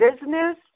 business